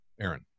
Aaron